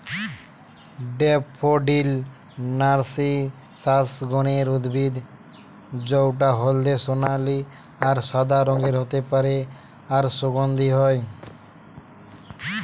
daffodil narcissus গণের উদ্ভিদ জউটা হলদে সোনালী আর সাদা রঙের হতে পারে আর সুগন্ধি হয়